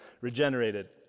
regenerated